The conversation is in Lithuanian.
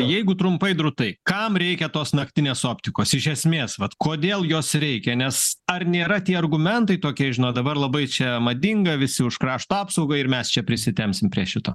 jeigu trumpai drūtai kam reikia tos naktinės optikos iš esmės vat kodėl jos reikia nes ar nėra tie argumentai tokie žinot dabar labai čia madinga visi už krašto apsaugą ir mes čia prisitempsim prie šito